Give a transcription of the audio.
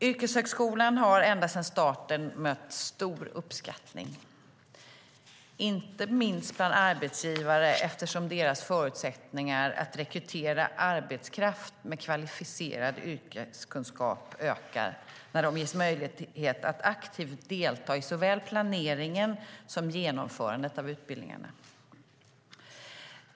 Yrkeshögskolan har ända sedan den startade mött stor uppskattning, inte minst bland arbetsgivare eftersom deras förutsättningar att rekrytera arbetskraft med kvalificerade yrkeskunskaper ökar när de ges möjlighet att aktivt delta i såväl planeringen som genomförande av utbildningarna.